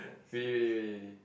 really really really